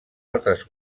altres